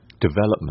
development